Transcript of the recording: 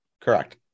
Correct